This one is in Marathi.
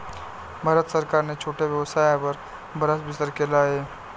भारत सरकारने छोट्या व्यवसायावर बराच विचार केला आहे